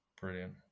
Brilliant